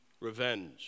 revenge